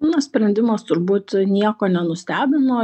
na sprendimas turbūt nieko nenustebino